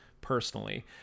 personally